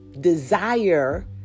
desire